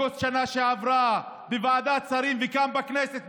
באוגוסט בשנה שעברה בוועדת השרים וכאן בכנסת.